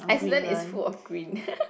Iceland is full of green